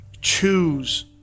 Choose